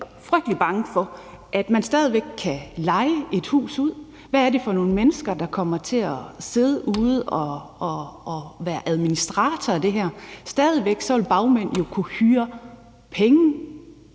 frygtelig bange for, at man stadig væk kan leje et hus ud til det, og hvad er det for nogle mennesker, der kommer til at sidde derude og være administratorer af det her? Bagmændene vil jo stadig væk kunne tjene